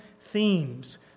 themes